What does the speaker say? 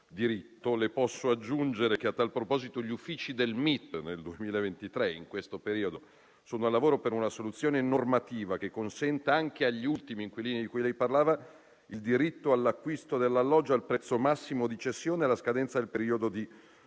Posso aggiungere, a tal proposito, che gli uffici del MIT in questo periodo sono al lavoro per una soluzione normativa che consenta anche agli ultimi inquilini di cui lei parlava il diritto all'acquisto dell'alloggio al prezzo massimo di cessione alla scadenza del periodo di